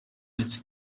its